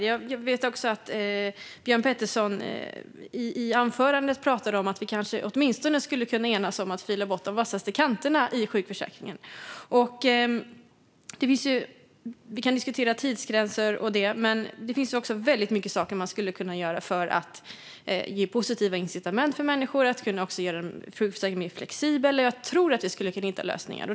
Jag vet att Björn Petersson i anförandet talade om att vi kanske åtminstone skulle kunna enas om att fila bort de vassaste kanterna i sjukförsäkringen. Vi kan diskutera tidsgränser. Men det finns väldigt mycket saker man skulle kunna göra för att ge positiva incitament för människor och också göra sjukförsäkringen mer flexibel. Jag tror att vi skulle kunna hitta lösningar.